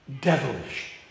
devilish